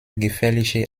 gefährliche